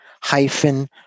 hyphen